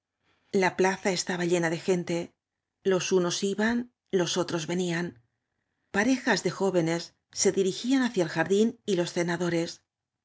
la plaza estaba llena de gente los unos iban los otros venían parejas de jó venes se dirigían hacia el jardín y los cenadores